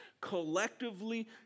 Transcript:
collectively